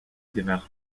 devinrent